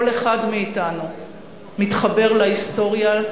כל אחד מאתנו מתחבר להיסטוריה,